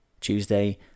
Tuesday